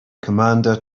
commander